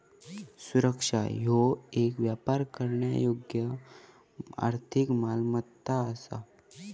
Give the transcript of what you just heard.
सुरक्षा ह्यो येक व्यापार करण्यायोग्य आर्थिक मालमत्ता असा